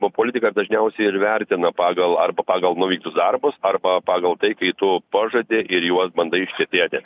o politiką dažniausiai ir vertina pagal arba pagal nuveiktus darbus arba pagal tai kai tu pažadi ir juos bandai ištesėti